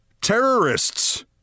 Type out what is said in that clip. terrorists